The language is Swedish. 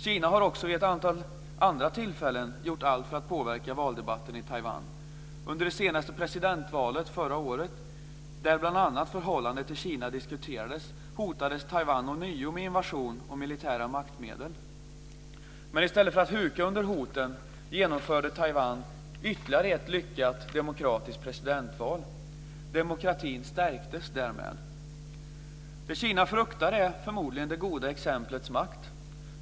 Kina har också vid ett antal andra tillfällen gjort allt för att påverka valdebatten i Taiwan. Under det senaste presidentvalet, förra året, då bl.a. förhållandet till Kina diskuterades, hotades Taiwan ånyo med invasion och militära maktmedel. Men i stället för att huka under hoten genomförde Taiwan ytterligare ett lyckat demokratiskt presidentval. Demokratin stärktes därmed. Det som Kina fruktar är förmodligen det goda exemplets makt.